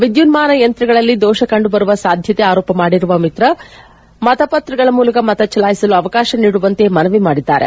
ವಿದ್ಯುನ್ಮಾನ ಯಂತ್ರಗಳಲ್ಲಿ ದೋಷ ಕಂಡು ಬರುವ ಸಾಧ್ಯತೆ ಆರೋಪ ಮಾಡಿರುವ ಮಿತ್ತಾ ಮತಪತ್ರಗಳ ಮೂಲಕ ಮತಚಲಾಯಿಸಲು ಅವಕಾಶ ನೀಡುವಂತೆ ಮನವಿ ಮಾಡಿದ್ದಾರೆ